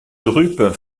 drupes